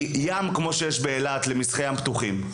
ים כמו שיש באילת למשחי ים פתוחים,